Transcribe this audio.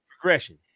progression